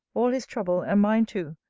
all his trouble, and mine too,